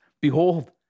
Behold